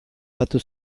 batu